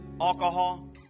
alcohol